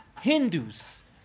Hindus